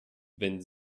wenn